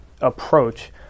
approach